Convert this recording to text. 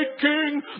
king